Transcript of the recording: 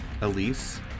Elise